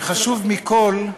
וחשוב מכול,